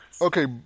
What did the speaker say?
Okay